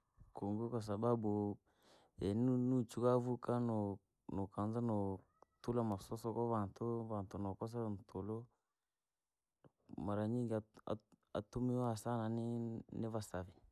Kunguu, kwasababu yee ninuchiko avukaa no- nokaanza notula masooso kuvantu kwavatu nokosa ntulu, mara nyingi atu- atumiwa sana ni- nivasavi.